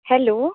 hello